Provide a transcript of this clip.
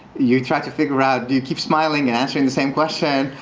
you try to figure out, do you keep smiling and answering the same question?